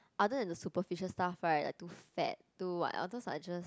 other than the superficial stuff right like too fat too what all those are just